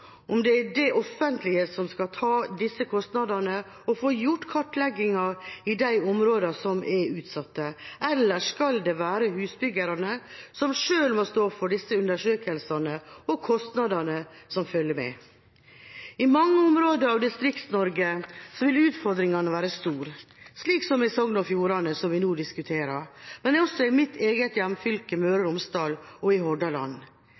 om det er det offentlige som skal ta disse kostnadene og få gjort kartleggingen i de områdene som er utsatte, eller om det skal være husbyggerne som selv må stå for disse undersøkelsene og kostnadene som følger med. I mange områder av Distrikts-Norge vil utfordringene være store, slik som i Sogn og Fjordane, som vi nå diskuterer, men også i mitt eget hjemfylke, Møre og Romsdal, og i Hordaland.